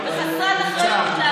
כדי להרגיע,